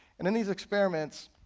and in these experiments,